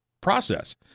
process